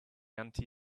anti